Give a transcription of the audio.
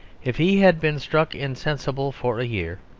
if he had been struck insensible for a year,